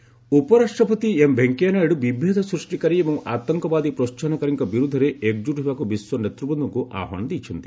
Naidu terror ଉପରାଷ୍ଟ୍ରପତି M Venkaiah Naidu ବିଭେଦ ସୃଷ୍ଟିକାରୀ ଏବଂ ଆତଙ୍କବାଦୀ ପ୍ରୋସାହନକାରୀଙ୍କ ବିରୋଧରେ ଏକଜ୍ରଟ୍ ହେବାକ୍ ବିଶ୍ୱ ନେତ୍ବର୍ନ୍ଦଙ୍କ ଆହ୍ୱାନ ଦେଇଛନ୍ତି